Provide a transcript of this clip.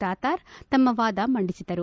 ದಾತರ್ ತಮ್ಮ ವಾದ ಮಂಡಿಸಿದರು